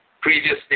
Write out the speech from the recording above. previously